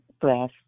Bless